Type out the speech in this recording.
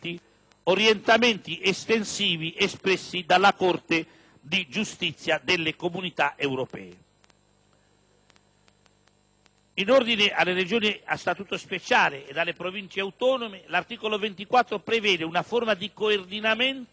orientamenti estensivi espressi dalla Corte di giustizia delle Comunità europee. In ordine alle Regioni a Statuto speciale e alle Province autonome, l'articolo 24 prevede una forma di coordinamento